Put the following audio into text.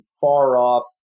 far-off